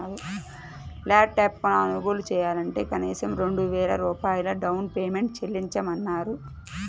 lap top కొనుగోలు చెయ్యాలంటే కనీసం రెండు వేల రూపాయలు డౌన్ పేమెంట్ చెల్లించమన్నారు